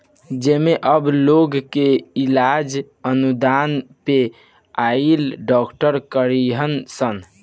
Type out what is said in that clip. जेमे अब लोग के इलाज अनुदान पे आइल डॉक्टर करीहन सन